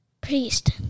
priest